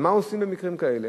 אבל מה עושים במקרים כאלה?